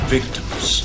Victims